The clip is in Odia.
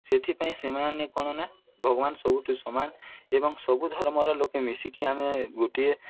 ସେଥିପାଇଁ ସେମାନେ କ'ଣ ନା ଭଗବାନ ସବୁଠୁ ସମାନ ଏବଂ ସବୁ ଧର୍ମର ଲୋକେ ମିଶିକି ଆମେ ଗୋଟିଏ